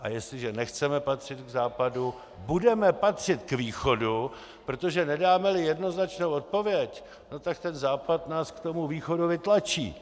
A jestliže nechceme patřit k Západu, budeme patřit k Východu, protože nedámeli jednoznačnou odpověď, tak ten Západ nás k tomu Východu vytlačí.